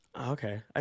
Okay